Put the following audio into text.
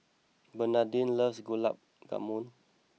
Bernadine loves Gulab Jamun